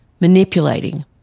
manipulating